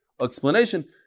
explanation